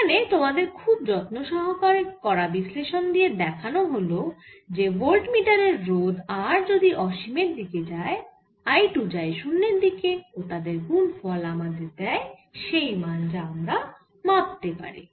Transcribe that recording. এখানে তোমাদের খুব যত্নসহকারে করা বিশ্লেষণ দিয়ে দেখানো হল যে ভোল্ট মিটারের রোধ R যদি অসীমের দিকে যায় I 2 যায় 0 এর দিকে ও তাদের গুণফল আমাদের দেয় সেই মান যা আমরা মাপতে পারি